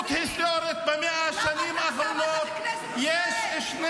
במציאות הקיימת -- למה אתה מקבל משכורת מאזרחי ישראל?